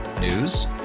News